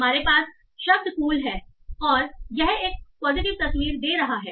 हमारे पास शब्द कूल है और यह एक पॉजिटिव तस्वीर देता है